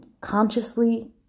consciously